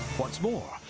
what's more,